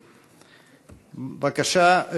בבקשה.